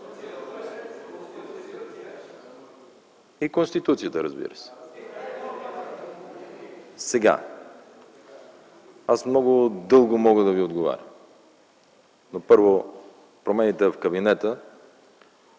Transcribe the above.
И Конституцията, разбира се. Сега аз много дълго мога да Ви отговарям. Първо, промените в кабинета,